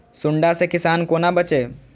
सुंडा से किसान कोना बचे?